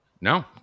No